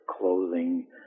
clothing